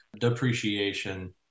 depreciation